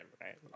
right